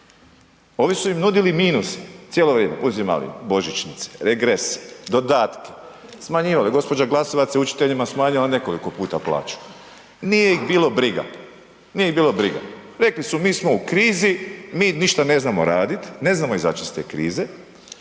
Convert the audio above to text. Ovi su im nudili minuse, cijelo vrijeme, uzimali božićnice, regrese, dodatke, smanjivali, gđa. Glasovac je učiteljima smanjila nekoliko puta plaću, nije ih bilo briga, rekli su mi smo u krizi, mi ništa ne znamo radit, ne znamo izać iz te krize